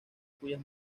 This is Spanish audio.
cuyas